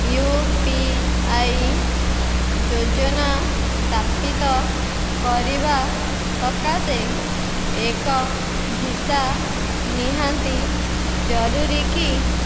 you P I ଯୋଜନା ସ୍ଥାପିତ କରିବା ସକାଶେ ଏକ ଭିସା ନିହାତି ଜରୁରୀ କି